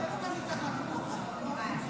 חברת הכנסת דבי ביטון בעד.